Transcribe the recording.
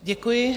Děkuji.